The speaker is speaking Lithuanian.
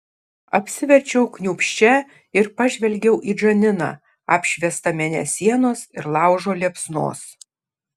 apsiverčiau kniūbsčia ir pažvelgiau į džaniną apšviestą mėnesienos ir laužo liepsnos